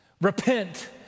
Repent